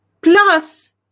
Plus